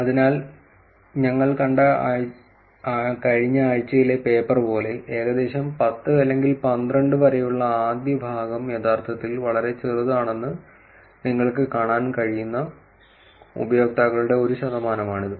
അതിനാൽ ഞങ്ങൾ കണ്ട കഴിഞ്ഞ ആഴ്ചയിലെ പേപ്പർ പോലെ ഏകദേശം 10 അല്ലെങ്കിൽ 12 വരെയുള്ള ആദ്യ ഭാഗം യഥാർത്ഥത്തിൽ വളരെ ചെറുതാണെന്ന് നിങ്ങൾക്ക് കാണാൻ കഴിയുന്ന ഉപയോക്താക്കളുടെ ഒരു ശതമാനമാണ് ഇത്